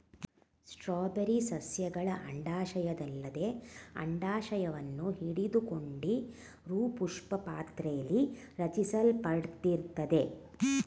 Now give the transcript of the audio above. strawberry ಸಸ್ಯಗಳ ಅಂಡಾಶಯದಲ್ಲದೆ ಅಂಡಾಶವನ್ನು ಹಿಡಿದುಕೊಂಡಿರೋಪುಷ್ಪಪಾತ್ರೆಲಿ ರಚಿಸಲ್ಪಟ್ಟಿರ್ತದೆ